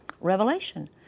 Revelation